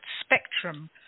spectrum